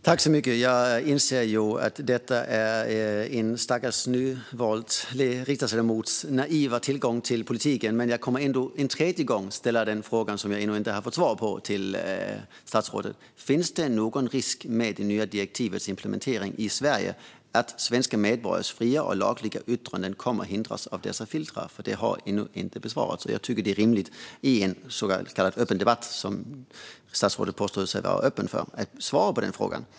Fru talman! Jag inser att det är en stackars nyinvald riksdagsledamots naiva tilltro till politiken, men jag kommer ändå att en tredje gång ställa den fråga till statsrådet som jag ännu inte fått svar på. Finns det en risk vid implementeringen av det nya direktivet att svenska medborgares fria och lagliga yttranden kommer att hindras av dessa filter? Denna fråga har ännu inte besvarats, och jag tycker att det är rimligt att han svarar på den i den öppna debatt som statsrådet säger sig vara villig att ha.